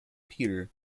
peter